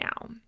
now